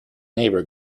neighbour